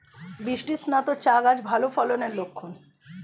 বৃষ্টিস্নাত চা গাছ ভালো ফলনের লক্ষন